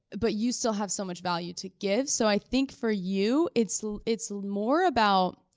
but you still have so much value to give. so i think for you, it's it's more about,